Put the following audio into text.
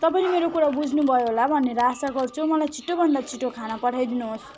तपाईँले मेरो कुरा बुझ्नुभयो होला भनेर आशा गर्छु मलाइ छिटो भन्दा छिटो खाना पठाइदिनुहोस्